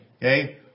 Okay